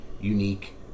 unique